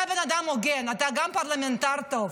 אתה בן אדם הוגן, אתה גם פרלמנטר טוב.